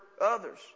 others